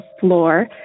floor